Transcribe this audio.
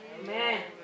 Amen